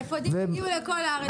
האפודים יגיעו לכל הארץ.